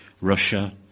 Russia